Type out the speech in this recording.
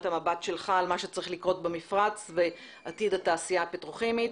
המבט שלך על מה שצריך לקרות במפרץ ועתיד התעשייה הפטרוכימית.